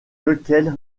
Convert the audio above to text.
lequel